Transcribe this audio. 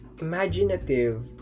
imaginative